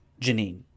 Janine